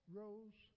rose